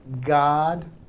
God